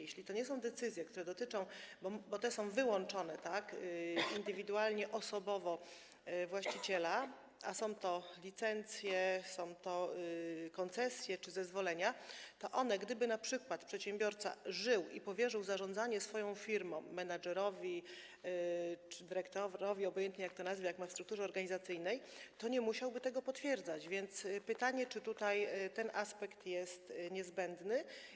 Jeśli to nie są decyzje, które dotyczą, bo te są wyłączone, indywidualnie, osobowo właściciela, a są to licencje, są to koncesje czy zezwolenia, to gdyby np. przedsiębiorca żył i powierzył zarządzanie swoją firmą menedżerowi czy dyrektorowi, obojętnie, jak to nazwie, jak to jest w strukturze organizacyjnej, nie musiałby tego potwierdzać, więc pytanie, czy tutaj ten aspekt jest niezbędny.